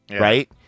Right